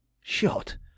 Shot